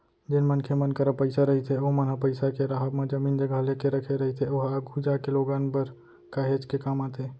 जेन मनखे मन करा पइसा रहिथे ओमन ह पइसा के राहब म जमीन जघा लेके रखे रहिथे ओहा आघु जागे लोगन बर काहेच के काम आथे